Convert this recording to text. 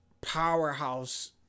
powerhouse